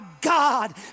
God